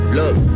look